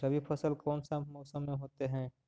रवि फसल कौन सा मौसम में होते हैं?